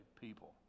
people